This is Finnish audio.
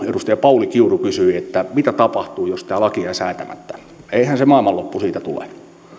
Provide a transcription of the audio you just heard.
edustaja pauli kiuru kysyi että mitä tapahtuu jos tämä laki jää säätämättä eihän se maailmanloppu siitä tule